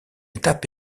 étape